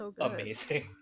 amazing